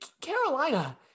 Carolina